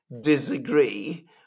Disagree